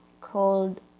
called